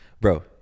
Bro